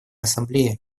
ассамблеи